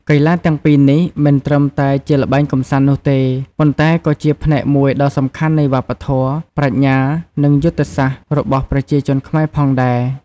កីឡាទាំងពីរនេះមិនត្រឹមតែជាល្បែងកម្សាន្តនោះទេ ប៉ុន្តែក៏ជាផ្នែកមួយដ៏សំខាន់នៃវប្បធម៌ ប្រាជ្ញា និងយុទ្ធសាស្ត្ររបស់ប្រជាជនខ្មែរផងដែរ។